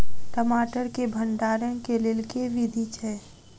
टमाटर केँ भण्डारण केँ लेल केँ विधि छैय?